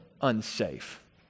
unsafe